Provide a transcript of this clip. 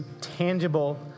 tangible